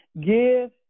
give